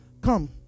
come